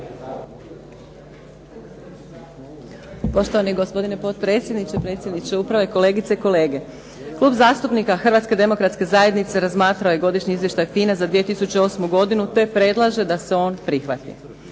Poštovani gospodine potpredsjedniče, predsjedniče uprave, kolegice i kolege. Klub zastupnika Hrvatske demokratske zajednice razmatrao je Godišnji izvještaj FINA-e za 2008. godinu te predlaže da se on prihvati.